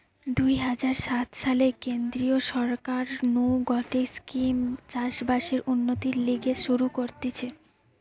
দুই হাজার সাত সালে কেন্দ্রীয় সরকার নু গটে স্কিম চাষ বাসের উন্নতির লিগে শুরু করতিছে